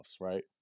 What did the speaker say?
right